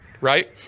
right